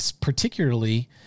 particularly